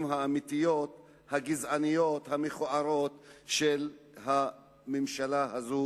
האמיתיות הגזעניות המכוערות של הממשלה הזו